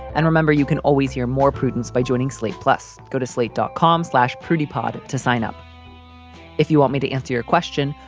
and remember, you can always hear more prudence by joining slate. plus go to slate dot com slash pretty pod to sign up if you want me to answer your question.